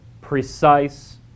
precise